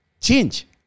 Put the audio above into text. change